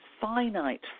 finite